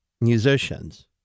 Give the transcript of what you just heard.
musicians